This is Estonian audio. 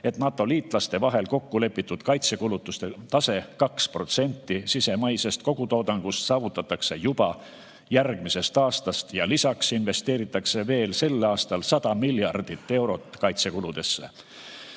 et NATO-liitlaste vahel kokkulepitud kaitsekulutuste tase 2% sisemaisest kogutoodangust saavutatakse juba järgmisest aastast ja lisaks investeeritakse veel sel aastal 100 miljardit eurot kaitsekuludesse.